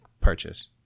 purchase